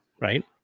right